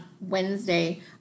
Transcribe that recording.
Wednesday